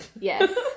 Yes